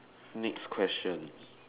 next question